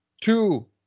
two